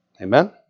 Amen